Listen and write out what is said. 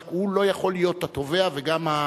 רק הוא לא יכול להיות התובע וגם,